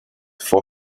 for